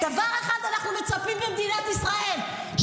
דבר אחד אנחנו מצפים ממדינת ישראל: